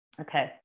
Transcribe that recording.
Okay